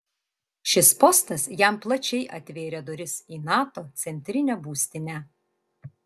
šis postas jam plačiai atvėrė duris į nato centrinę būstinę